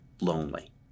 lonely